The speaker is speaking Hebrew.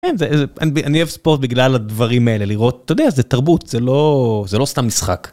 אני אוהב ספורט בגלל הדברים האלה לראות אתה יודע זה תרבות זה לא זה לא סתם משחק.